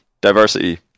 diversity